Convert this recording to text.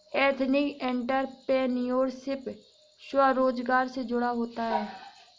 ethnic entrepreneurship स्वरोजगार से जुड़ा होता है